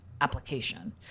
application